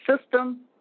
system